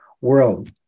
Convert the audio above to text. world